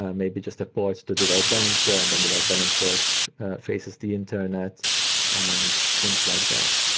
ah maybe just a port to the load balancer and then the load balancer faces the internet and things like that.